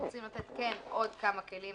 אנחנו רוצים לתת כן עוד כמה כלים